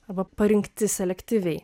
arba parinkti selektyviai